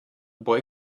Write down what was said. boy